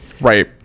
Right